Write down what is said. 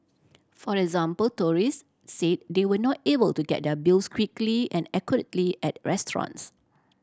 for example tourist said they were not able to get their bills quickly and accurately at restaurants